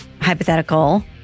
Hypothetical